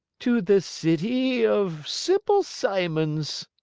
to the city of simple simons.